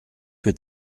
für